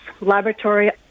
laboratory